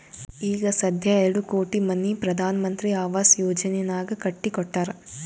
ಈಗ ಸಧ್ಯಾ ಎರಡು ಕೋಟಿ ಮನಿ ಪ್ರಧಾನ್ ಮಂತ್ರಿ ಆವಾಸ್ ಯೋಜನೆನಾಗ್ ಕಟ್ಟಿ ಕೊಟ್ಟಾರ್